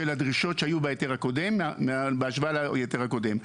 הדרישות שהיו בהיתר הקודם בהשוואה להיתר הקודם,